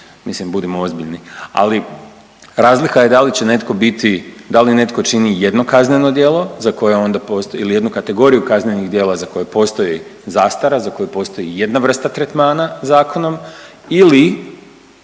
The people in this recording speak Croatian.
mislim budimo ozbiljni. Ali razlika je da li će netko biti, da li netko čini jedno kazneno djelo za koje onda postoji ili kategoriju kaznenih djela za koje postoji zastara, za koje postoji jedna vrsta tretmana zakonom ili